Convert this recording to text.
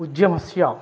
उद्यमस्य